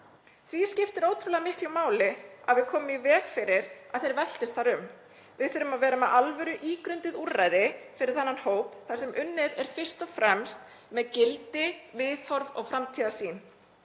Því skiptir ótrúlega miklu máli að við komum í veg fyrir að þeir veltist þar um. Við þurfum að vera með alvöru ígrunduð úrræði fyrir þennan hóp þar sem unnið er fyrst og fremst með gildi, viðhorf og framtíðarsýn.